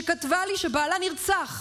שכתבה לי שבעלה נרצח.